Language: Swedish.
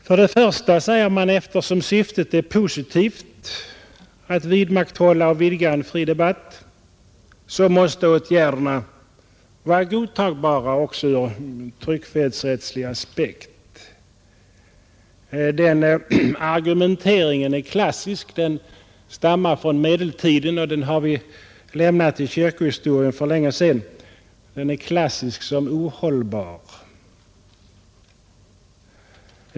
För det första säger man att eftersom syftet är positivt — att vidmakthålla och vidga en fri debatt — måste åtgärderna vara godtagbara också ur tryckfrihetsrättslig aspekt. Den argumenteringen är klassisk — den stammar från medeltiden — och den har vi för länge, länge sedan lämnat i kyrkohistorien. Den är lika klassisk som ohållbar.